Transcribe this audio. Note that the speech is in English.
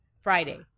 Friday